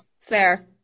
Fair